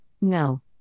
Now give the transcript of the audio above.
No